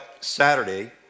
Saturday